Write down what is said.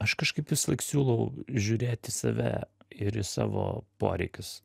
aš kažkaip visąlaik siūlau žiūrėt į save ir į savo poreikius